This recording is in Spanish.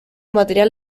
material